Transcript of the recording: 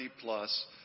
plus